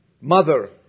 mother